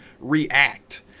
REACT